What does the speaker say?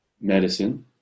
medicine